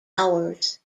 hours